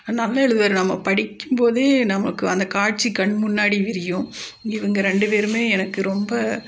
நல்லா எழுதுவார் நம்ம படிக்கும் போதே நமக்கு அந்த காட்சி கண் முன்னாடி தெரியும் இவங்க ரெண்டு பேரும் எனக்கு ரொம்ப